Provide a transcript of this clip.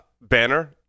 Banner